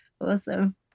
Awesome